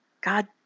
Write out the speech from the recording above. God